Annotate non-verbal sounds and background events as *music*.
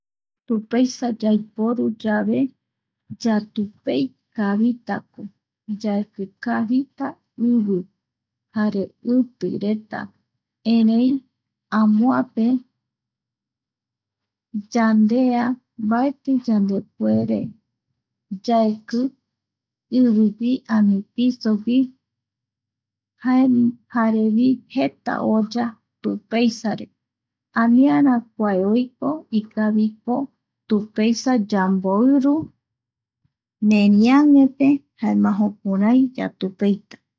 Tupeisape yaiporu yave yatupei kavitako, yaeki kavi ivi, jare iti reta, erei amoape (pausa)yande a mbaeti yandepuere yaeki ivigui ani pisogui *hesitation* jare jeta oya tupeisare aniara, kua oikovi ikaviko tupeisa yamboiru meriaguepe jaema jukurai yatupeita.